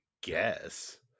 guess